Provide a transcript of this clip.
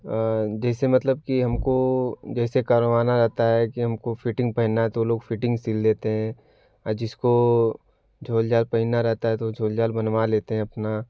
जैसे मतलब कि हमको जैसे करवाना रहता है कि हमको फ़िटिंग पहनाना है तो वह लोग फिटिंग सिल देते हैं और जिसको झोल झाल पहनना रहता है तो वह झोल झाल बनवा लेते हैं अपना